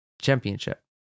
championship